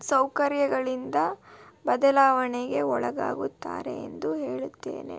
ಸೌಕರ್ಯಗಳಿಂದ ಬದಲಾವಣೆಗೆ ಒಳಗಾಗುತ್ತಾರೆ ಎಂದು ಹೇಳುತ್ತೇನೆ